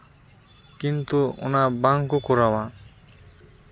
ᱠᱤᱱᱛᱩ ᱚᱱᱟ ᱵᱟᱝᱠᱚ ᱠᱚᱨᱟᱣᱟ